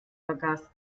vergaß